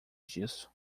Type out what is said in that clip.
disso